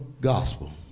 gospel